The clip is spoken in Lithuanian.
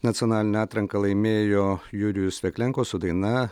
nacionalinę atranką laimėjo jurijus veklenko su daina